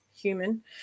human